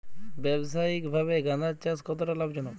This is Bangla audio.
ব্যবসায়িকভাবে গাঁদার চাষ কতটা লাভজনক?